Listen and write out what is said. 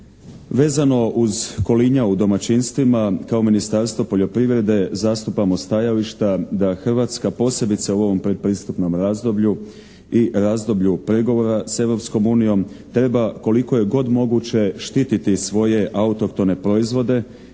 Vezano uz kolinja u domaćinstvima kao Ministarstvo poljoprivrede zastupamo stajališta da Hrvatska posebice u ovom predpristupnom razdoblju i razdoblju pregovora s Europskom uniju treba koliko je god moguće štiti svoje autohtone proizvode